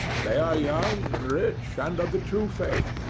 they are young and rich, and of the true faith.